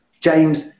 James